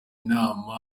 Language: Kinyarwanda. inama